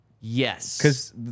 Yes